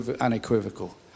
unequivocal